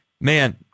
Man